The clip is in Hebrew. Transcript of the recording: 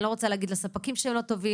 אני לא רוצה להגיד לספקים שהם לא טובים